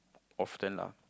often lah